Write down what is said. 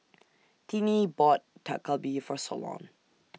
Tinnie bought Dak Galbi For Solon